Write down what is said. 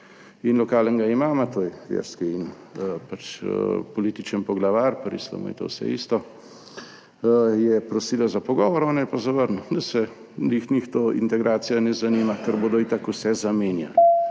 in lokalnega imama, to je verski in političen poglavar, pri islamu je to vse isto, je prosila za pogovor, on jo je pa zavrnil, da se glih njih to integracija ne zanima, ker bodo itak vse zamenjali.